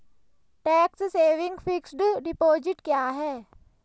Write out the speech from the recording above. Tax saving fixed deposit क्या है?